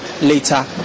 later